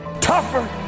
Tougher